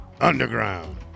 Underground